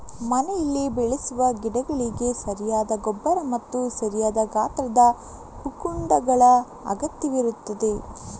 ಮನೆಯಲ್ಲಿ ಬೆಳೆಸುವ ಗಿಡಗಳಿಗೆ ಸರಿಯಾದ ಗೊಬ್ಬರ ಮತ್ತು ಸರಿಯಾದ ಗಾತ್ರದ ಹೂಕುಂಡಗಳ ಅಗತ್ಯವಿರುತ್ತದೆ